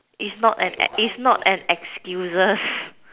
it's not an ex~ it's not an excuses